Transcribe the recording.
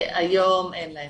היום אין להם.